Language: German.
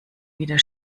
wieder